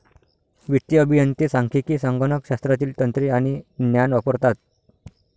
वित्तीय अभियंते सांख्यिकी, संगणक शास्त्रातील तंत्रे आणि ज्ञान वापरतात